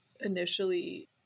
initially